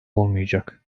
olmayacak